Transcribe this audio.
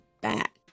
back